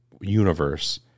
universe